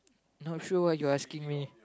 not sure what you asking me